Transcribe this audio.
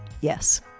yes